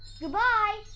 goodbye